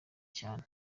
cyane